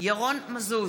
ירון מזוז,